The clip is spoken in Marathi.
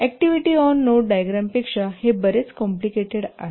अॅक्टिव्हि ऑन नोड डायग्रामपेक्षा हे बरेच कॉम्प्लिकेटेड आहे